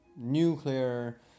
nuclear